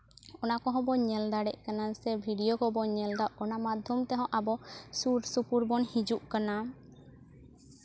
ᱚᱱᱟ ᱠᱚᱦᱚᱸ ᱵᱚᱱ ᱧᱮᱞ ᱫᱟᱲᱮᱜ ᱠᱟᱱᱟ ᱥᱮ ᱵᱷᱤᱰᱤᱭᱳ ᱠᱚᱵᱚᱱ ᱧᱮᱞ ᱫᱟ ᱢᱟᱫᱽᱫᱷᱚᱢ ᱛᱮᱦᱚᱸ ᱟᱵᱚ ᱥᱩᱨ ᱥᱩᱯᱩᱨ ᱵᱚᱱ ᱦᱤᱡᱩᱜ ᱠᱟᱱᱟ